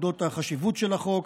בדבר החשיבות של החוק.